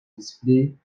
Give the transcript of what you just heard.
display